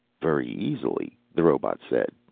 very easily, the robot said.